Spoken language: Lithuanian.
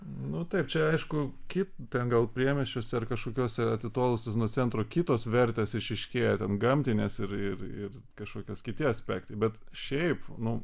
nu taip čia aišku kita ten gal priemiesčiuose ar kažkokiose atitolusiuose nuo centro kitos vertės išryškėja ten gamtinės ir ir ir kažkokios kiti aspektai bet šiaip nu